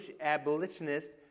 abolitionist